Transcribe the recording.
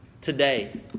Today